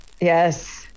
yes